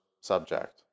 subject